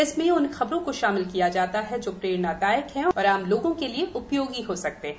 इसमें उन ख़बरों को शामिल किया जाता है जो प्रेरणादायक हैं और आम लोगों के लिए उपयोगी हो गयी है